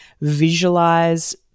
visualize